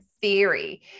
theory